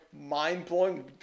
mind-blowing